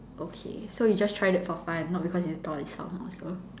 okay so you just tried it for fun not because you thought it sounds awesome